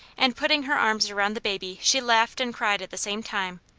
and putting her arms around the baby she laughed and cried at the same time,